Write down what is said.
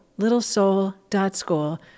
littlesoul.school